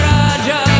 Raja